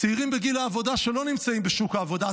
צעירים בגיל העבודה שלא נמצאים בשוק העבודה.